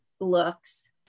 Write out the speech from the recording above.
looks